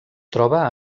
troba